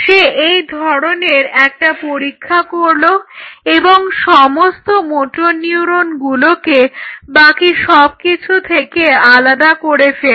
সে এই ধরনের একটা পরীক্ষা করলো এবং সমস্ত মোটর নিউরনগুলোকে বাকি সব কিছু থেকে আলাদা করে ফেলল